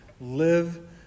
live